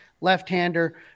left-hander